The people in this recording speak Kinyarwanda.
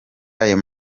ayo